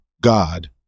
God